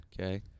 Okay